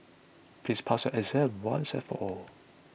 please pass your exam once and for all